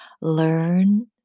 learn